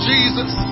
Jesus